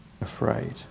afraid